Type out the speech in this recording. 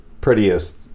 prettiest